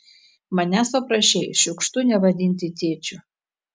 manęs paprašei šiukštu nevadinti tėčiu